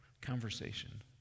conversation